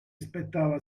spettava